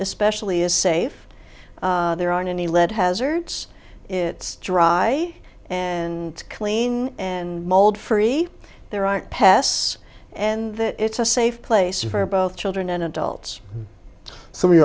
especially is safe there aren't any lead hazards it's dry and clean and mold free there aren't pests and that it's a safe place for both children and adults so we